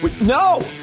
No